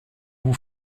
vous